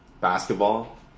basketball